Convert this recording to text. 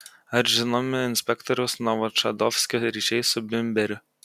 ar žinomi inspektoriaus novočadovskio ryšiai su bimberiu